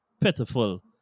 pitiful